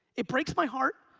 it breaks my heart,